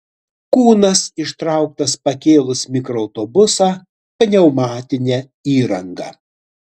kūnas ištrauktas pakėlus mikroautobusą pneumatine įranga